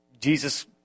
Jesus